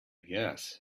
guess